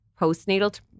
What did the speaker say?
postnatal